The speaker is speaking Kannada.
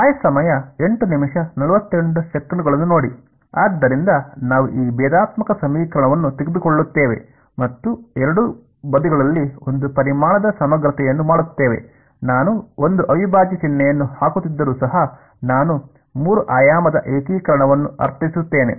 ಆದ್ದರಿಂದ ನಾವು ಈ ಭೇದಾತ್ಮಕ ಸಮೀಕರಣವನ್ನು ತೆಗೆದುಕೊಳ್ಳುತ್ತೇವೆ ಮತ್ತು ಎರಡೂ ಬದಿಗಳಲ್ಲಿ ಒಂದು ಪರಿಮಾಣದ ಸಮಗ್ರತೆಯನ್ನು ಮಾಡುತ್ತೇವೆ ನಾನು ಒಂದು ಅವಿಭಾಜ್ಯ ಚಿಹ್ನೆಯನ್ನು ಹಾಕುತ್ತಿದ್ದರೂ ಸಹ ನಾನು ಮೂರು ಆಯಾಮದ ಏಕೀಕರಣವನ್ನು ಅರ್ಥೈಸುತ್ತೇನೆ